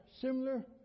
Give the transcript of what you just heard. similar